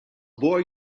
boy